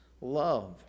love